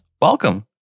Welcome